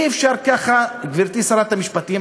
אי-אפשר ככה, גברתי שרת המשפטים.